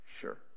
sure